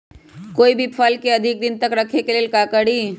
कोई भी फल के अधिक दिन तक रखे के लेल का करी?